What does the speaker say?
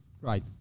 Right